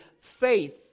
faith